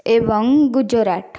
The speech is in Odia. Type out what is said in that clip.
ଏବଂ ଗୁଜୁରାଟ